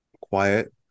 quiet